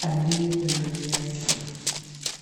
aliye pembeni yake.